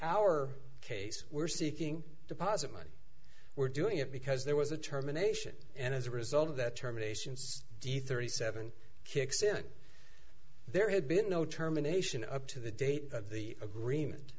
our case we're seeking deposit money we're doing it because there was a terminations and as a result of that terminations de thirty seven kicks in there had been no terminations up to the date of the agreement